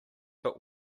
but